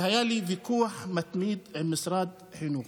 והיה לי ויכוח מתמיד עם משרד החינוך: